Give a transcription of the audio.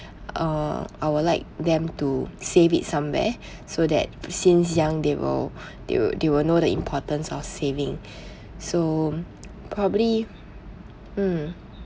uh I would like them to save it somewhere so that since young they will they will they will know the importance of saving so probably mm